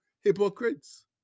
hypocrites